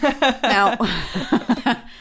Now